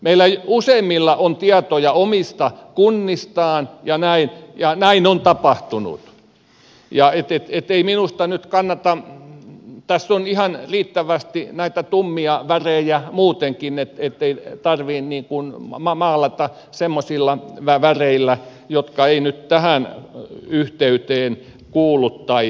meillä useimmilla on tietoja omista kunnistamme ja näin ja näin on tapahtunut niin ettei minusta nyt kannata kun tässä on ihan riittävästi näitä tummia värejä muutenkin maalata semmoisilla väreillä jotka eivät nyt tähän yhteyteen kuulu tai sovi